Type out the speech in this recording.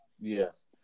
Yes